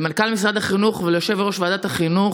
למנכ"ל משרד החינוך וליושב-ראש ועדת החינוך,